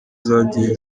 zagiye